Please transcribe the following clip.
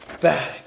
back